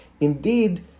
Indeed